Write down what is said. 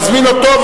נזמין אותו,